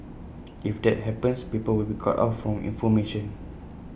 if that happens people will be cut off from information